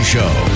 Show